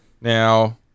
Now